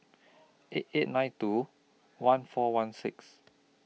eight eight nine two one four one six